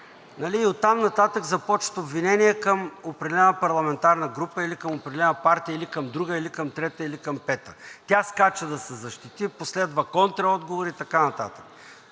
И оттам нататък започват обвинения към определена парламентарна група или към определена партия, или към друга, или към трета, или към пета. Тя скача да се защити, последва контраотговор и така нататък.